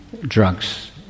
drugs